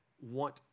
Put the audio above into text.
want